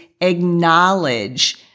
acknowledge